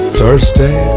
Thursday